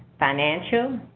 financial,